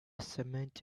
cement